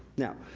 now,